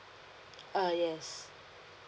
uh yes